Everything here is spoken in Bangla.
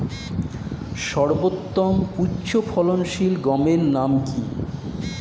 সর্বতম উচ্চ ফলনশীল গমের নাম কি?